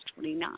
29